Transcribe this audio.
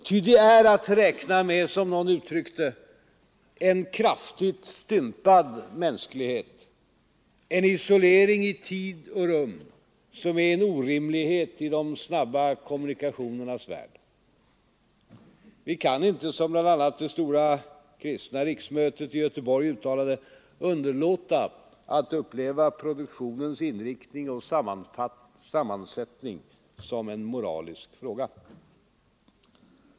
Ty det är att räkna med — som någon uttryckt det — en kraftigt stympad mänsklighet, en isolering i rum och tid som är en orimlighet i de snabba kommunikationernas värld. ”Vi kan inte”, som bl.a. det stora kristna riksmötet i Göteborg uttalade, ”underlåta att uppleva produktionens inriktning och sammansättning som en moralisk fråga”.